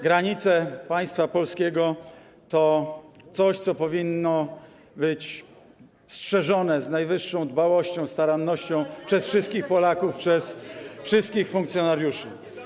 Granice państwa polskiego to coś, co powinno być strzeżone z najwyższą dbałością, starannością przez wszystkich Polaków, przez wszystkich funkcjonariuszy.